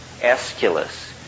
Aeschylus